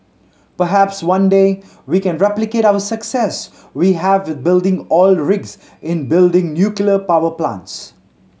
perhaps one day we can replicate our success we have with building oil rigs in building nuclear power plants